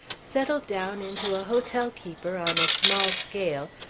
settled down into a hotel-keeper on a small scale,